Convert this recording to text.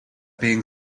being